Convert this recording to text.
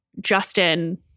Justin